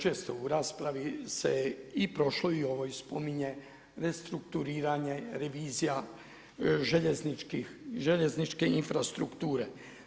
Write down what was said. Često u raspravi se i prošloj i ovoj spominje restrukturiranje, revizija željezničke infrastrukture.